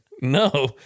no